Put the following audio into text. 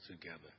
together